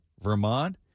Vermont